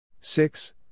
six